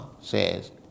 says